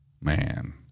Man